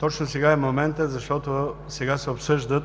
точно сега е моментът, защото сега се обсъждат